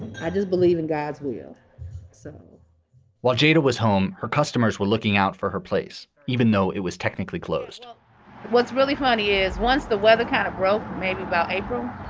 i just believe in god's will so while jada was home, her customers were looking out for her place, even though it was technically closed what's really funny is once the weather kind of broke, maybe about april,